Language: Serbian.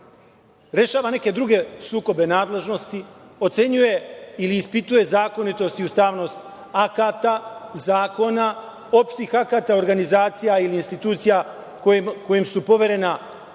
rešava neke druge sukobe nadležnosti, ocenjuje ili ispituje zakonitost i ustavnost akata, zakona, opštih akata, organizacija ili institucija kojim su poverena